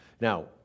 Now